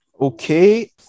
Okay